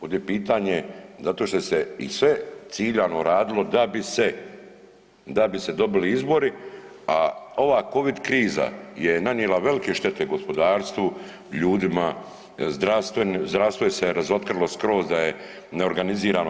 Ovdje je pitanje zato što se sve i ciljano radilo da bi se dobili izbori, a ova COVID kriza je nanijela velike štete gospodarstvu, ljudima, zdravstvo se razotkrilo skroz da je neorganizirano.